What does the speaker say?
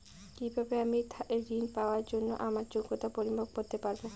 কিভাবে আমি ঋন পাওয়ার জন্য আমার যোগ্যতার পরিমাপ করতে পারব?